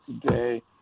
today